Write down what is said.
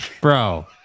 bro